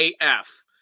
AF